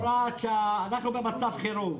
הוראת שעה אנחנו במצב חירום,